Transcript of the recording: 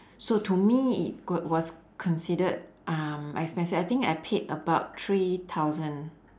so to me it g~ was considered um expensive I think I paid about three thousand